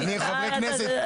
אני חבר כנסת,